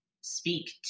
speak